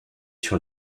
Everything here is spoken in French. sur